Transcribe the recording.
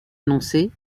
annoncés